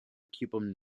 cuban